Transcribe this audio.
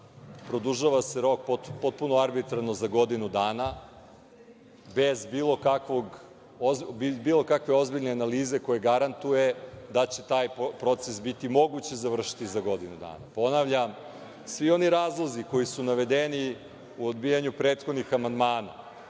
Produžava se rok potpuno arbitrarno za godinu dana, bez bilo kakve ozbiljne analize koja nam garantuje da će taj proces biti moguće završiti za godinu dana. Ponavljam, svi oni razlozi koji su navedeni u odbijanju prethodnih amandmana,